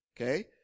Okay